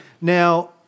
Now